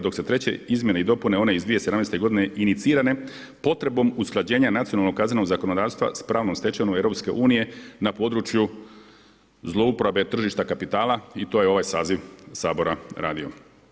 Dok su treće izmjene i dopune one iz 2017. godine inicirane potrebom usklađenja nacionalnog Kaznenog zakonodavstva sa pravnom stečevinom EU na području zlouporabe tržišta kapitala i to je ovaj saziv Sabora radio.